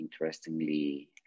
interestingly